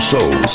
Soul